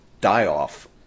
die-off